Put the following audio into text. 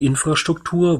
infrastruktur